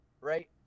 Right